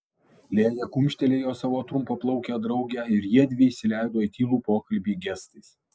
lėja kumštelėjo savo trumpaplaukę draugę ir jiedvi įsileido į tylų pokalbį gestais